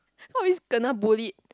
always kena bullied